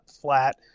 flat